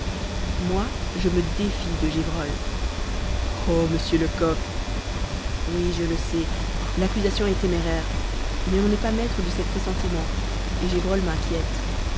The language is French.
moi je me défie de gévrol oh monsieur lecoq oui je le sais l'accusation est téméraire mais on n'est pas maître de ses pressentiments et gévrol m'inquiète